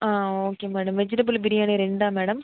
ஆ okay madam vegetable biryani ரெண்டா madam